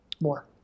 more